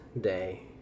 day